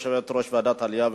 יושבת-ראש ועדת העלייה,